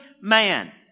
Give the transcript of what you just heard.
man